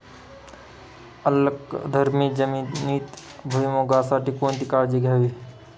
अल्कधर्मी जमिनीत भुईमूगासाठी कोणती काळजी घ्यावी?